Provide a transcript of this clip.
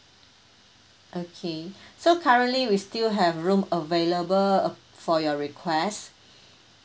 okay so currently we still have room available uh for your request